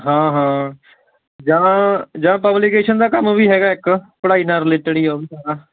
ਹਾਂ ਹਾਂ ਜਾਂ ਜਾਂ ਪਬਲੀਕੇਸ਼ਨ ਦਾ ਕੰਮ ਵੀ ਹੈਗਾ ਇੱਕ ਪੜ੍ਹਾਈ ਨਾਲ ਰਿਲੇਟਿਡ ਹੀ ਆ ਉਹ ਵੀ ਸਾਰਾ